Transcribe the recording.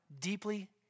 deeply